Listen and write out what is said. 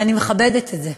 אני מכבדת את זה.